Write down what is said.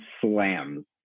slams